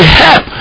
help